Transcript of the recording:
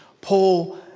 Paul